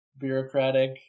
bureaucratic